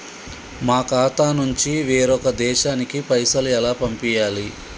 మా ఖాతా నుంచి వేరొక దేశానికి పైసలు ఎలా పంపియ్యాలి?